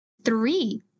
three